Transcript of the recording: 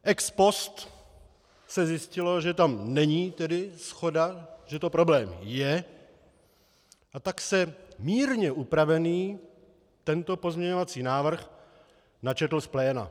Ex post se zjistilo, že tam není shoda, že to problém je, a tak se mírně upravený tento pozměňovací návrh načetl z pléna.